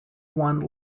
one